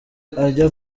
ajya